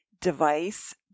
device